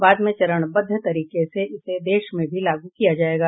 बाद में चरणबद्ध तरीके से इसे देश भी में लागू किया जायेगा